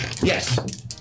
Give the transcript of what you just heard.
Yes